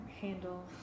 handle